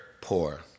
poor